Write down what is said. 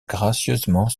gracieusement